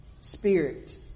Spirit